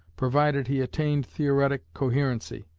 provided he attained theoretic coherency,